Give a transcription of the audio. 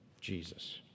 Jesus